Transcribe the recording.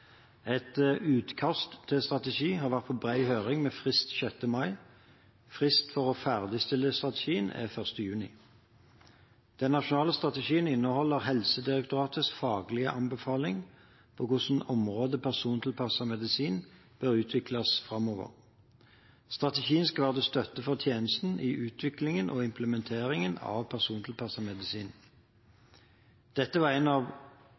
Et utkast til strategi har vært på bred høring med frist 6. mai. Frist for å ferdigstille strategien er 1. juni. Den nasjonale strategien inneholder Helsedirektoratets faglige anbefaling for hvordan området persontilpasset medisin bør utvikles framover. Strategien skal være til støtte for tjenesten i utviklingen og implementeringen av persontilpasset medisin. Dette var en av